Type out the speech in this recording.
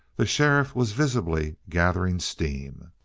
the sheriff was visibly gathering steam.